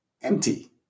empty